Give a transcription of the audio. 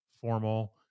formal